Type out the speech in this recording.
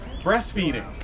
breastfeeding